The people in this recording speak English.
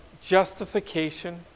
justification